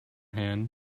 hand